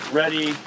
ready